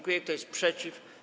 Kto jest przeciw?